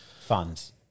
funds